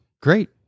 great